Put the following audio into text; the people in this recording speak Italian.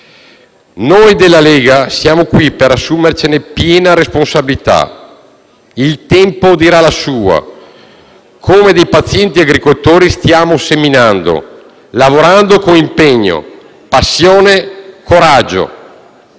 Noi della Lega siamo qui per assumercene piena responsabilità. Il tempo dirà la sua. Come pazienti agricoltori stiamo seminando, lavorando con impegno, passione, coraggio,